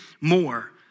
more